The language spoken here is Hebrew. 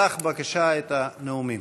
פתח בבקשה את הנאומים.